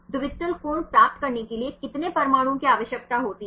द्वितल कोण प्राप्त करने के लिए कितने परमाणुओं की आवश्यकता होती है